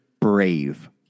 Brave